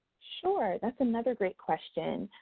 sure, that's another great question.